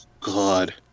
God